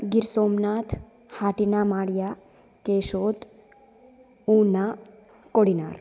गिर्सोमनाथ् हाटिनामाडिया केशोत् उम्ना कोडियाल्